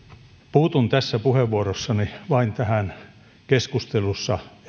puutun tässä puheenvuorossani vain tähän keskustelussa